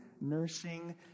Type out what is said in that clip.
nursing